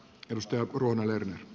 arvoisa puhemies